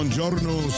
Buongiorno